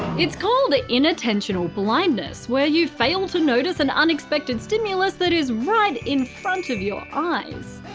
it's called ah inattentional blindness, where you fail to notice an unexpected stimulus that is right in front of your eyes.